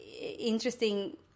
interesting